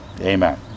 Amen